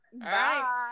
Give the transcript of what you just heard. Bye